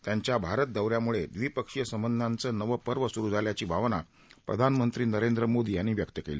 त्यांच्या भारत दौ यामुळे द्विपक्षीय संबंधाचं नवं पर्व सुरु झाल्याची भावना प्रधानमंत्री नरेंद्र मोदी यांनी व्यक्त केली